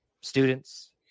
students